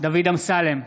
דוד אמסלם,